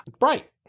Right